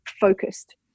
focused